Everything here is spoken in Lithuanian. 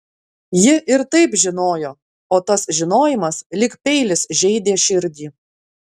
ji ir taip žinojo o tas žinojimas lyg peilis žeidė širdį